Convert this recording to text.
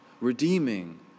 redeeming